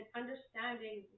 understanding